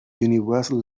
universal